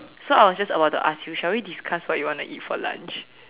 so I was just about to ask you shall we discuss what we want to eat for lunch